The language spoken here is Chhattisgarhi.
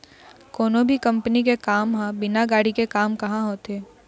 कोनो भी कंपनी के काम ह बिना गाड़ी के काम काँहा होथे